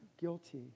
guilty